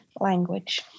language